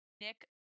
Nick